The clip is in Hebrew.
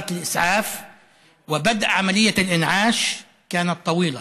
הגעת האמבולנס והתחלת ההחייאה היה ארוך,